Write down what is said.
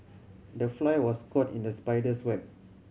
the fly was caught in the spider's web